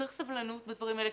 צריך סבלנות בדברים האלה,